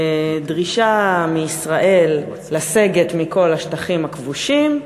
דרישה מישראל לסגת מכל השטחים הכבושים,